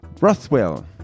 Rothwell